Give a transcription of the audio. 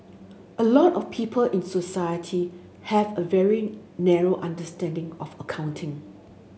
a lot of people in society have a very narrow understanding of accounting